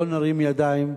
לא נרים ידיים,